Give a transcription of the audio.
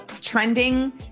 trending